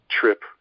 trip